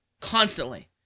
constantly